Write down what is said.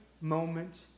moment